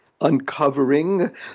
uncovering